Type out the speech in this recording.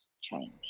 change